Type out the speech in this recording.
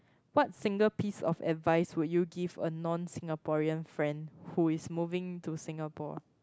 what single piece of advice will you give a non Singaporean friend who is moving to Singapore